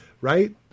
right